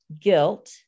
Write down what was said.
guilt